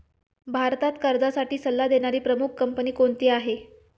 भारतात कर्जासाठी सल्ला देणारी प्रमुख कंपनी कोणती आहे?